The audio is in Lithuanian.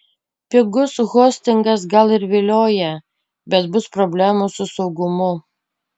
pigus hostingas gal ir vilioja bet bus problemų su saugumu